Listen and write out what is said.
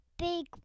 big